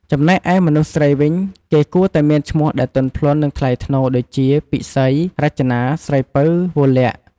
ចំំណែកឯមនុស្សស្រីវិញ គេគួរតែមានឈ្មោះដែលទន់ភ្លន់ និង ថ្លៃថ្នូរ ដូចជា ពិសី រចនា ស្រីពៅ វរល័ក្ខ។